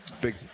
big